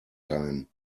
time